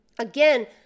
Again